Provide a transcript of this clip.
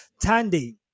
Tandy